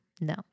No